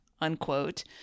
unquote